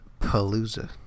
Palooza